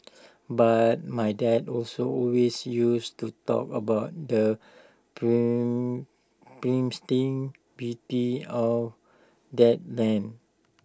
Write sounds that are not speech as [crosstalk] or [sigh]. but my dad also always used to talk about the [unintelligible] pristine beauty of that land